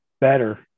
better